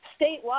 statewide